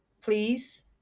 please